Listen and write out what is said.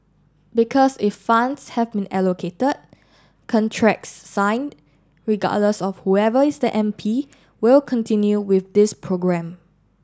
because if funds have been allocated contracts signed regardless of whoever is the M P will continue with this programme